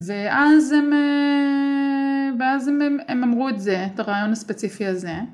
ואז הם אמרו את זה, את הרעיון הספציפי הזה.